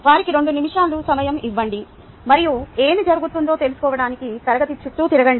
వారికి రెండు నిమిషాలు సమయం ఇవ్వండి మరియు ఏమి జరుగుతుందో తెలుసుకోవడానికి తరగతి చుట్టూ తిరగండి